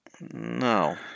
No